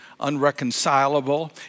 unreconcilable